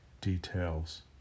details